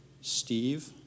Steve